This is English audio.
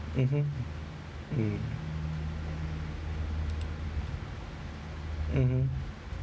mmhmm mm mmhmm